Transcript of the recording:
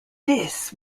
this